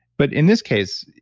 but in this case,